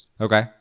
Okay